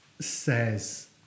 says